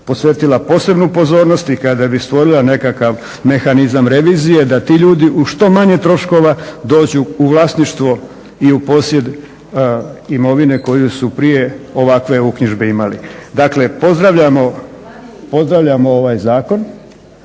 posvetila posebnu pozornost i kada bi stvorila nekakav mehanizam revizije da ti ljudi uz što manje troškova dođu u vlasništvo i u posjed imovine koju su prije ovakve uknjižbe imali. Dakle, pozdravljamo ovaj Zakon,